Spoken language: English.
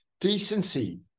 decency